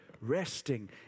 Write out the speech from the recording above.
resting